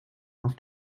auf